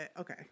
okay